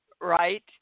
right